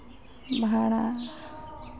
ᱵᱷᱟᱲᱟ